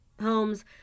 homes